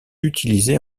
utilisé